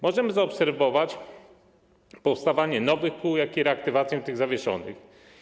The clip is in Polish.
Możemy zaobserwować powstawanie nowych kół, jak i reaktywację tych zawieszonych.